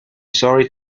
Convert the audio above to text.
sorry